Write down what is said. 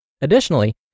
Additionally